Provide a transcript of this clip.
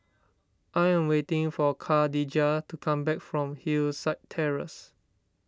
I am waiting for Khadijah to come back from Hillside Terrace